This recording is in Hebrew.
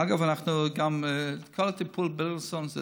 אגב, כל הטיפול בבילינסון זה